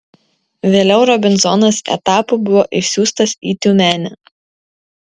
vėliau robinzonas etapu buvo išsiųstas į tiumenę